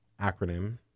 acronym